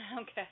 Okay